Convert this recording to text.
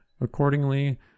accordingly